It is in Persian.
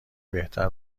بهتر